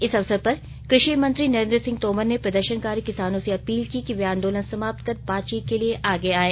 इस अवसर पर कृषि मंत्री नरेंद्र सिंह तोमर ने प्रदर्शनकारी किसानों से अपील की कि वे आंदोलन समाप्त कर बातचीत के लिए आगे आएं